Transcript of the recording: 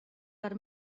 per